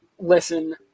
listen